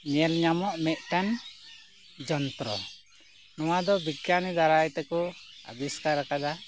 ᱧᱮᱞ ᱧᱟᱢᱚᱜ ᱢᱤᱫᱴᱟᱝ ᱡᱚᱱᱛᱨᱚ ᱱᱚᱣᱟ ᱫᱚ ᱵᱤᱜᱽᱜᱟᱱᱤ ᱫᱟᱨᱟᱭ ᱛᱮᱠᱚ ᱟᱵᱤᱥᱠᱟᱨ ᱟᱠᱟᱫᱟ